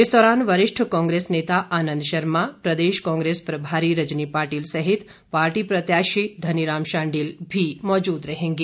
इस दौरान वरिष्ठ कांग्रेस नेता आनंद शर्मा प्रदेश कांग्रेस प्रभारी रजनी पाटिल सहित पार्टी प्रत्याशी धनी राम शांडिल मौजूद रहेंगे